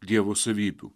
dievo savybių